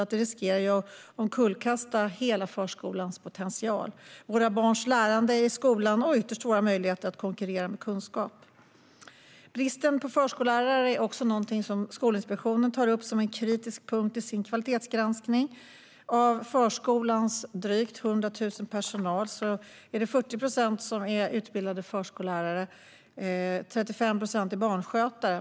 Detta riskerar att omkullkasta hela förskolans potential, våra barns lärande i skolan och ytterst våra möjligheter att konkurrera med kunskap. Bristen på förskollärare är också någonting som Skolinspektionen tar upp som en kritisk punkt i sin kvalitetsgranskning. Av de drygt 100 000 som finns i förskolans personal är det 40 procent som är utbildade förskollärare. 35 procent är barnskötare.